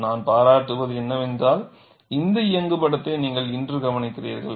எனவே நான் பாராட்டுவது என்னவென்றால் இந்த இயங்குபடத்தை நீங்கள் இன்று கவனிக்கிறீர்கள்